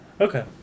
Okay